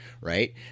right